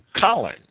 Colin